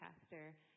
Pastor